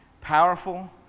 powerful